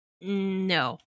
No